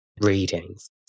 readings